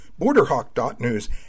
Borderhawk.news